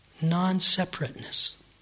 non-separateness